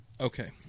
Okay